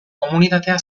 komunitatea